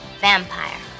Vampire